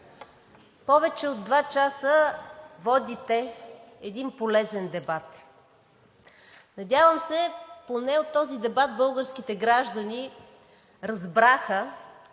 повече от два часа водите един полезен дебат. Надявам се поне от този дебат българските граждани разбраха